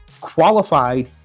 qualified